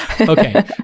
Okay